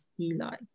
Eli